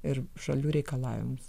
ir šalių reikalavimus